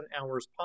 Hours